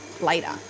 later